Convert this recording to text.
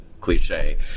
cliche